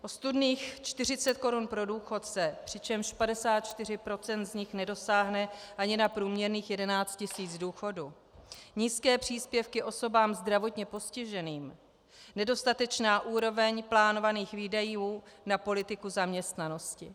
Ostudných 40 korun pro důchodce, přičemž 54 % z nich nedosáhne ani na průměrných 11 tisíc důchodu, nízké příspěvky osobám zdravotně postiženým, nedostatečná úroveň plánovaných výdajů na politiku zaměstnanosti.